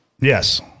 Yes